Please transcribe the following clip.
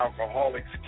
Alcoholics